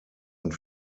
und